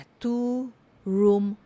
two-room